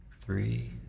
three